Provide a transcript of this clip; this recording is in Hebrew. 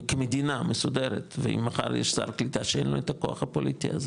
כמדינה מסודרת ואם מחר יש שר קליטה שאין לו את הכוח הפוליטי הזה